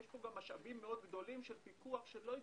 יש פה משאבים מאוד גדולים של פיקוח שלא הצדיקו,